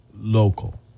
local